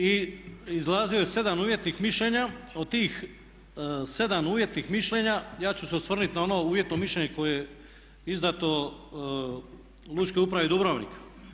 I izlazio je 7 uvjetnih mišljenja, od tih 7 uvjetnih mišljenja ja ću se osvrnuti na ono uvjetno mišljenje koje je izdano u Lučkoj upravi Dubrovnik.